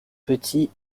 petits